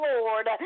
Lord